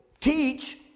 teach